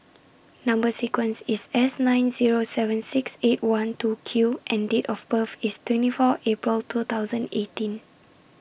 Number sequence IS S nine Zero seven six eight one two Q and Date of birth IS twenty four April two thousand eighteen